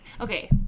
okay